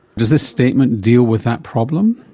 does this statement deal with that problem?